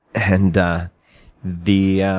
and the